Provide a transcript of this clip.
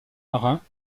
marin